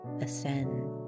ascend